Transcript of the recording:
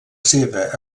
seva